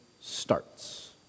starts